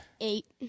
Eight